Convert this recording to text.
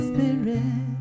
Spirit